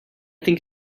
think